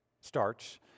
starts